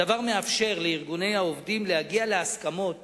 הדבר מאפשר לארגוני העובדים להגיע להסכמות